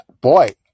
boy